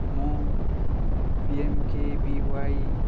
ମୁଁ P M K V Y